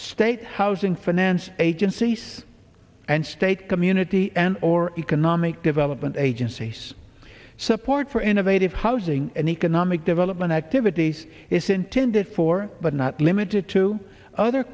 state housing finance agency says and state community and or economic development agencies support for innovative housing and economic development activities is intended for but not limited to other